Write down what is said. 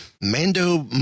Mando